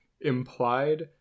implied